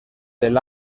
del